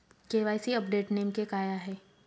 KYC update नेमके काय आहे?